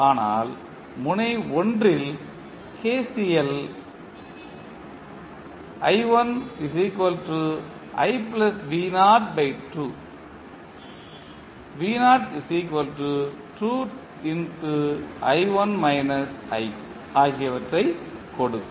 ஆனால் முனை 1 ல் KCL ஆகியவற்றை கொடுக்கும்